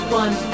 one